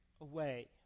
away